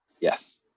yes